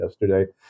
yesterday